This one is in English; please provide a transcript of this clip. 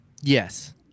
Yes